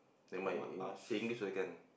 never mind in say English also can